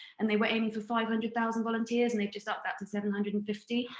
and they were aiming for five hundred thousand volunteers. and they've just upped that to seven hundred and fifty.